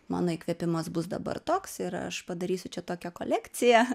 mano įkvėpimas bus dabar toks ir aš padarysiu čia tokią kolekciją